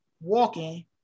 walking